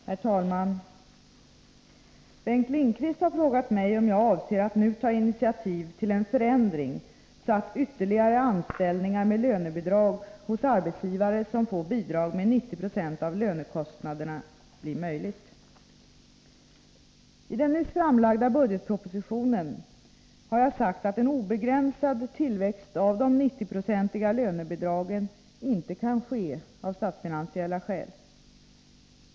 Herr talman! Bengt Lindqvist har frågat mig om jag avser att nu ta initiativ till en förändring så att ytterligare anställningar med lönebidrag hos arbetsgivare som får bidrag med 90 90 av lönekostnaden blir möjliga. I den nyss framlagda budgetpropositionen har jag sagt att en obegränsad tillväxt av de 90-procentiga lönebidragen inte kan ske av statsfinansiella skäl.